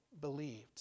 believed